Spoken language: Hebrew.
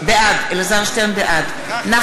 בעד נחמן שי,